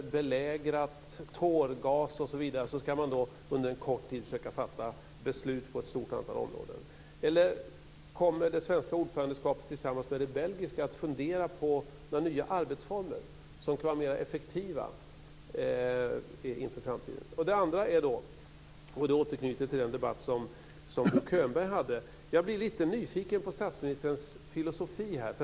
Belägrade och under insats av tårgas osv. ska man sedan på kort tid försöka fatta beslut på ett stort antal områden. Kommer Sverige tillsammans med det kommande ordförandelandet Belgien att fundera över några nya arbetsformer som kan vara mera effektiva inför framtiden? Den andra frågan återknyter till den debatt som Bo Könberg tog upp. Jag blir lite nyfiken på statsministerns filosofi.